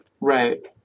Right